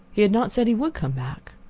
he had not said he would come back.